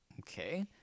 okay